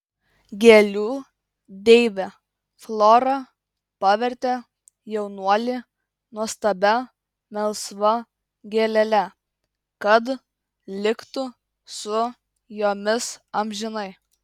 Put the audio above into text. gėlių deivė flora pavertė jaunuolį nuostabia melsva gėlele kad liktų su jomis amžinai